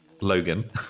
Logan